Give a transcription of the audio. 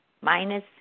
Minus